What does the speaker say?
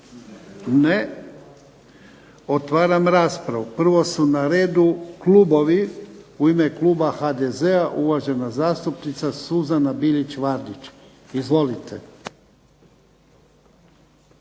Ne. Otvaram raspravu. Prvo su na redu klubovi. U ime kluba HDZ-a uvažena zastupnica Suzana Bilić Vardić. Izvolite.